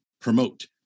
promote